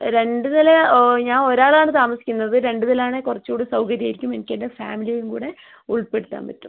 രണ്ട് നില ഞാൻ ഒരാളാണ് താമസിക്കുന്നത് രണ്ട് നില കുറച്ച് കൂടെ സൗകര്യം ആയിരിക്കും എനിക്കെൻ്റെ ഫാമിലിയെയും കൂടെ ഉൾപ്പെടുത്താൻ പറ്റും